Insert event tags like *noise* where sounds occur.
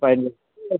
*unintelligible*